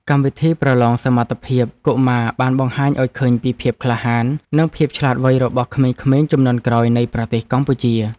កម្មវិធីប្រឡងសមត្ថភាពកុមារបានបង្ហាញឱ្យឃើញពីភាពក្លាហាន និងភាពឆ្លាតវៃរបស់ក្មេងៗជំនាន់ក្រោយនៃប្រទេសកម្ពុជា។